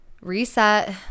reset